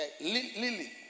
Lily